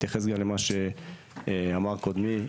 אתייחס גם למה שאמר קודמי,